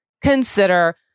consider